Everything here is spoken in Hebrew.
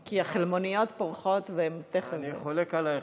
כי החלמוניות פורחות והן תכף, אני חולק עלייך.